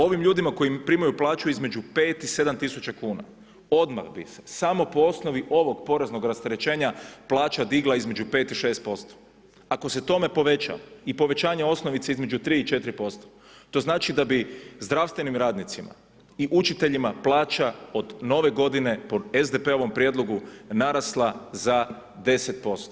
Ovim ljudima koji primaju plaću između 5.000 i 7.000 kuna, odmah bi se samo po osnovi ovog poreznog rasterećenja, plaća digla između 5 i 6%, ako se tome poveća i povećanje osnovice između 3 i 4%, to znači da bi zdravstvenim radnicima i učiteljima plaća od Nove godine po SDP-ovom prijedlogu narasla za 10%